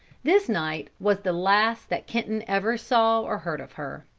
this night was the last that kenton ever saw or heard of her.